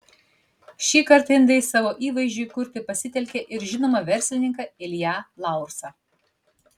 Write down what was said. šįkart indai savo įvaizdžiui kurti pasitelkė ir žinomą verslininką ilją laursą